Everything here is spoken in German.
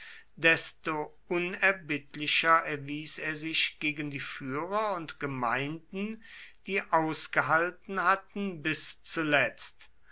desto unerbittlicher erwies er sich gegen die führer und gemeinden die ausgehalten hatten bis zuletzt